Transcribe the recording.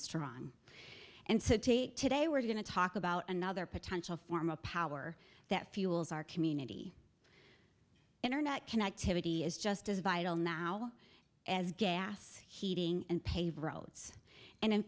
strong and to take today we're going to talk about another potential form of power that fuels our community internet connectivity is just as vital now as gas heating and paved roads and in